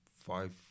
five